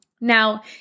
Now